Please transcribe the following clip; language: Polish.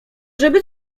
żeby